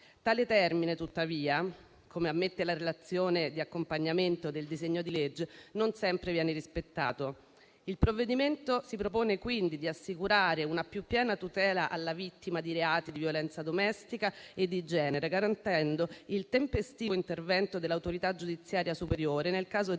Tale termine tuttavia, come ammette la relazione di accompagnamento al disegno di legge, non sempre viene rispettato. Il provvedimento si propone quindi di assicurare una più piena tutela alla vittima di reati di violenza domestica e di genere, garantendo il tempestivo intervento dell'autorità giudiziaria superiore nel caso di